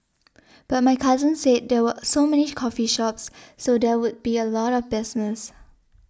but my cousin said there were so many coffee shops so there would be a lot of business